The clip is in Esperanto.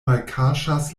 malkaŝas